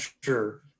sure